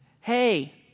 Hey